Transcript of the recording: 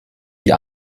die